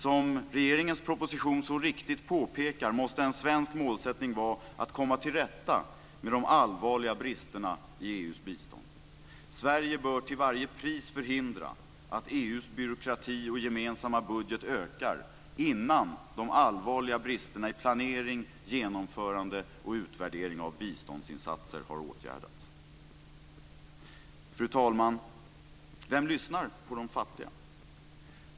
Som regeringens proposition så riktigt påpekar måste en svensk målsättning vara att komma till rätta med de allvarliga bristerna i EU:s bistånd. Sverige bör till varje pris förhindra att EU:s byråkrati och gemensamma budget ökar innan de allvarliga bristerna i planering, genomförande och utvärdering av biståndsinsatser har åtgärdats. Fru talman! Vem lyssnar på de fattiga?